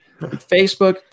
Facebook